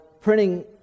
printing